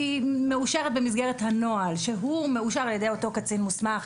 היא מאושרת במסגרת הנוהל שהוא מאושר על ידי אותו קצין מוסמך.